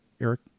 Eric